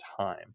time